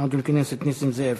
עווד אל-כנסת נסים זאב.